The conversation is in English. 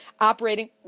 operating